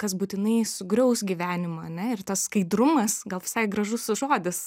kas būtinai sugriaus gyvenimą ane ir tas skaidrumas gal visai gražus žodis